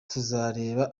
tuzareba